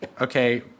okay